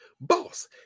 Boss